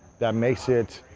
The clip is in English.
that makes it